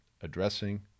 addressing